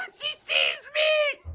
she sees me!